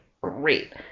great